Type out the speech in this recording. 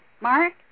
Mark